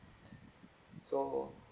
so